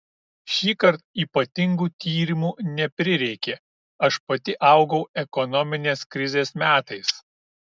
šįkart ypatingų tyrimų neprireikė aš pati augau ekonominės krizės metais